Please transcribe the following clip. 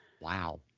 Wow